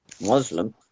Muslim